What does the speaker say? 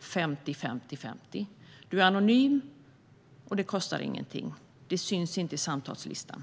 02050 50 50. Du är anonym, det kostar ingenting och det syns inte i samtalslistan.